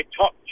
top